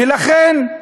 ולכן,